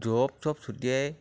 দৰৱ চৰৱ ছটিয়াই